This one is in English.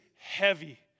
heavy